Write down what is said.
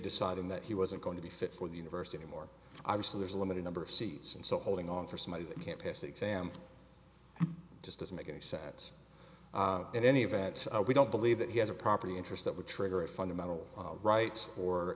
deciding that he wasn't going to be set for the university anymore obviously there's a limited number of seats and so holding on for somebody that can't pass the exam just doesn't make any sense in any of that we don't believe that he has a property interest that would trigger a fundamental right or